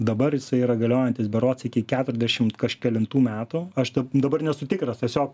dabar jisai yra galiojantis berods iki keturdešimt kažkelintų metų aš dab dabar nesu tikras tiesiog